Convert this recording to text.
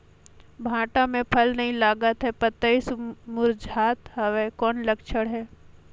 भांटा मे फल नी लागत हे पतई मुरझात हवय कौन लक्षण हे?